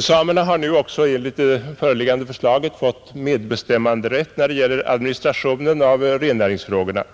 Samerna har nu också enligt det föreliggande förslaget fått medbestämmanderätt när det gäller administrationen av rennäringsfrågorna.